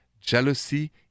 Jealousy